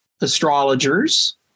astrologers